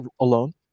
alone